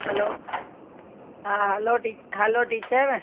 हलो हा हलो टी hello teacher